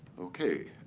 ok.